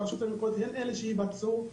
שהן אלה שיבצעו.